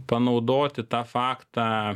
panaudoti tą faktą